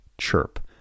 CHIRP